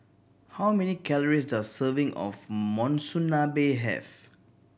how many calories does a serving of Monsunabe have